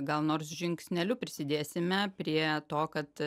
gal nors žingsneliu prisidėsime prie to kad